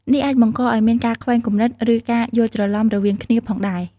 នេះអាចបង្កឲ្យមានការខ្វែងគំនិត ឬការយល់ច្រឡំរវាងគ្នាផងដែរ។